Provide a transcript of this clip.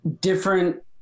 different